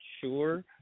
sure